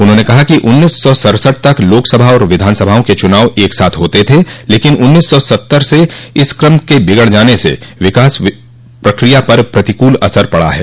उन्होंने कहा कि उन्नीस सौ सड़सठ तक लोक सभा और विधानसभाओं के चुनाव एक साथ होते थे लेकिन उन्नीस सौ सत्तर से इस क्रम के बिगड़ जाने से विकास प्रक्रिया पर प्रतिकूल असर पड़ा है